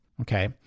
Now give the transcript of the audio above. okay